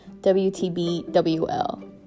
WTBWL